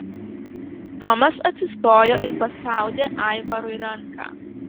tomas atsistojo ir paspaudė aivarui ranką